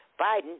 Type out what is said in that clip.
Biden